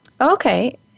Okay